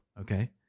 okay